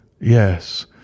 Yes